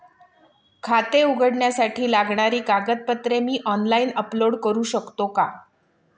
खाते उघडण्यासाठी लागणारी कागदपत्रे मी ऑनलाइन अपलोड करू शकतो का?